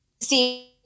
see